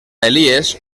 elies